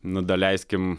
nu daleiskim